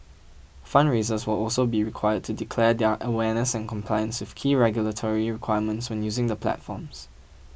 fundraisers will also be required to declare their awareness and compliance with key regulatory requirements when using the platforms